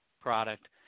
product